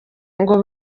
ngo